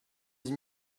dix